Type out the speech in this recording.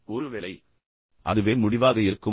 ஒரு வேளை அதுவே முடிவாக இருக்குமோ